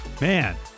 Man